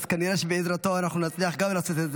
אז כנראה שבעזרתו נצליח גם לעשות את זה.